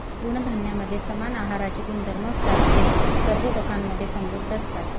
तृणधान्यांमध्ये समान आहाराचे गुणधर्म असतात, ते कर्बोदकांमधे समृद्ध असतात